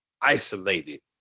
isolated